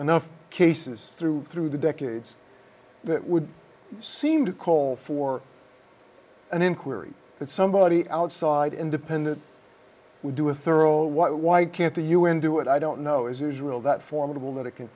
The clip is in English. enough cases through through the decades it would seem to call for an inquiry that somebody outside independent would do a thorough what why can't the u n do it i don't know as usual that formidable that it can